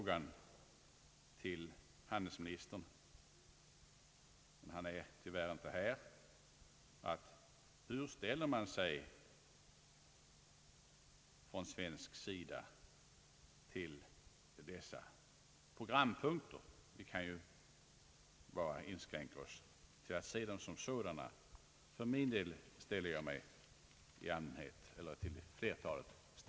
Jag skulle vilja rikta denna fråga till honom: Hur ställer man sig från svensk sida till dessa programpunkter, ty vi kan ju inskränka oss till att se dem som sådana? För min del ställer jag mig starkt positiv till flertalet.